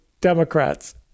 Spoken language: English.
Democrats